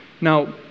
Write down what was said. Now